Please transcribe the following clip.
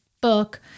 book